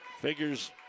figures